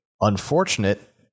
unfortunate